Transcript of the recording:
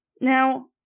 Now